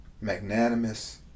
magnanimous